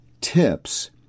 tips